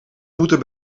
moeten